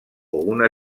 una